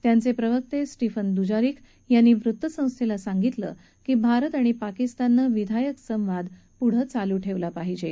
त्यांचे प्रवक्ते Stephen Dujarric यांनी वृत्तसंस्थेला सांगितलं की भारत आणि पाकिस्ताननं विधायक संवाद चालू ठेवला पाहिजे